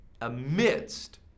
amidst